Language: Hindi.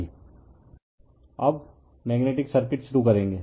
रिफर स्लाइड टाइम 0034 अब मेग्नेटिक सर्किट शुरू करेंगे